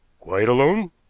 quite alone?